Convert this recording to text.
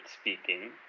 speaking